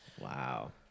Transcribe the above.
wow